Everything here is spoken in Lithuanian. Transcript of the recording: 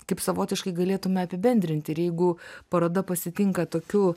kaip savotiškai galėtume apibendrinti ir jeigu paroda pasitinka tokiu